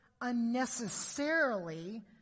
unnecessarily